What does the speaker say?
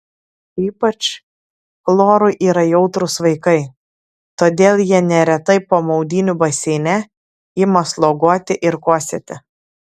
ypač chlorui yra jautrūs vaikai todėl jie neretai po maudynių baseine ima sloguoti ir kosėti